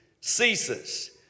ceases